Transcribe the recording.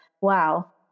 wow